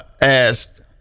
Asked